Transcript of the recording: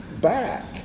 back